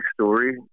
story